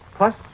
Plus